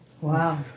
Wow